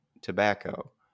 tobacco